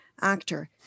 actor